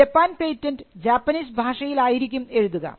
ഒരു Japan patent Japanese ഭാഷയിൽ ആയിരിക്കും എഴുതുക